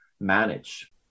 manage